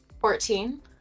Fourteen